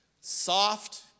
soft